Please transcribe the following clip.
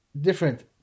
different